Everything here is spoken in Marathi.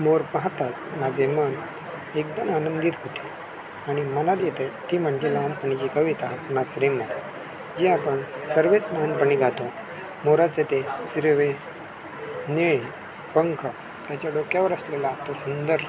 मोर पाहताच माझे मन एकदम आनंदित होते आणि मनात येते ती म्हणजे लहानपणीची कविता नाच रे मोरा जी आपण सर्वच लहानपणी गातो मोराचे ते हिरवे निळे पंख त्याच्या डोक्यावर असलेला तो सुंदर